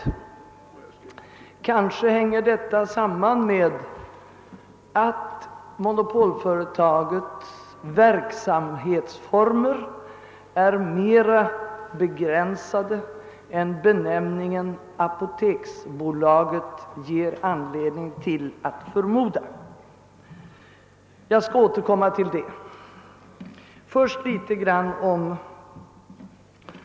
Kanske hänger detta samman med att monopolföretagets verksamhetsformer är mindre begränsade än benämningen apoteksbolaget ger anledning att förmoda. Jag skall återkomma till detta.